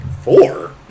four